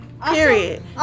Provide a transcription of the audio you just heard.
Period